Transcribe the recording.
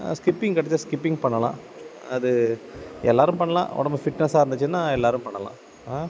skipping கத்துகிட்டால் skipping பண்ணலாம் அது எல்லோரும் பண்ணலாம் உடம்பு ஃபிட்னெஸாக இருந்துச்சுன்னா எல்லோரும் பண்ணலாம்